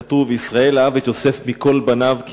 כתוב: "ישראל אהב את יוסף מכל בניו כי